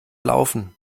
laufen